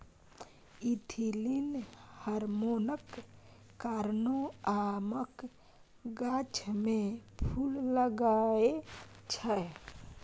ethylene हार्मोनक कारणेँ आमक गाछ मे फुल लागय छै